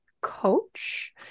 coach